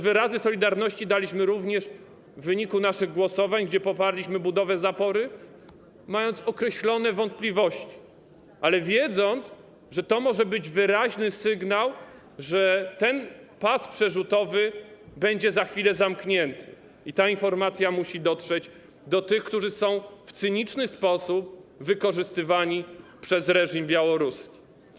Wyraz tej solidarności daliśmy również w wyniku naszych głosowań, gdzie poparliśmy budowę zapory, mając określone wątpliwości, ale wiedząc, że to może być wyraźny sygnał, że ten pas przerzutowy będzie za chwilę zamknięty, i ta informacja musi dotrzeć do tych, którzy są w cyniczny sposób wykorzystywani przez reżim białoruski.